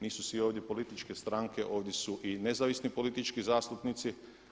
Nisu svi ovdje političke stranke, ovdje su i nezavisni politički zastupnici.